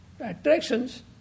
attractions